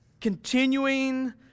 Continuing